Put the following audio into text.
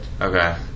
Okay